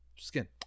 Skin